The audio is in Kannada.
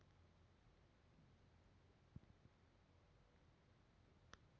ಮಾರ್ಟೆಜ ಫ್ರಾಡ್ನ್ಯಾಗ ಎರಡದಾವ ಒಂದ್ ಪ್ರಾಫಿಟ್ ಮತ್ತ ಇನ್ನೊಂದ್ ಹೌಸಿಂಗ್ ಫ್ರಾಡ್ ಅಂತ ಅದಾವ